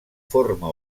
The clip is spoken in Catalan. forma